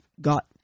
got